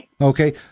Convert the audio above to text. Okay